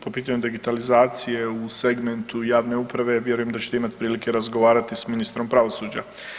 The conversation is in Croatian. Po pitanju digitalizacije u segmentu javne uprave, vjerujem da ćete imat prilike razgovarati s ministrom pravosuđa.